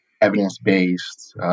evidence-based